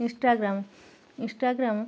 Instagram Instagram